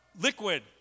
liquid